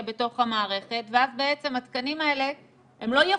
בתוך המערכת ואז בעצם התקנים האלה הם לא יחודשו,